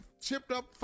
chipped-up